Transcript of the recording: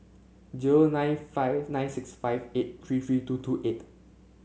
zero nine five nine six five eight three three two two eight